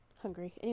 hungry